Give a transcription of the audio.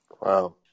Wow